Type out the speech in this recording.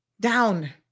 down